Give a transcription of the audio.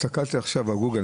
הסתכלתי עכשיו על גוגל,